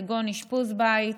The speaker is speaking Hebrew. כגון אשפוז בית,